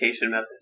method